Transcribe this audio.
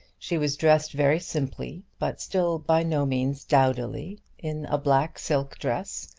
she was dressed very simply, but still by no means dowdily, in a black silk dress,